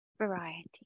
variety